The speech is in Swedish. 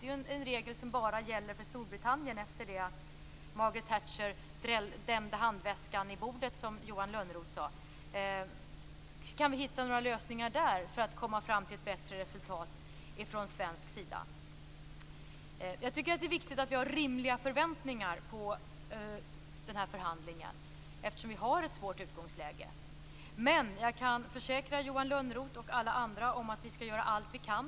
Det är ju en regel som bara gäller för Storbritannien efter det att Margaret Thatcher drämde handväskan i bordet, som Johan Lönnroth sade. Kanske kan vi hitta några lösningar där för att komma fram till ett bättre resultat för svensk del. Jag tycker att det är viktigt att vi har rimliga förväntningar på den här förhandlingen, eftersom vi har ett svårt utgångsläge. Men jag kan försäkra Johan Lönnroth och alla andra att vi skall göra allt vi kan.